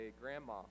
grandma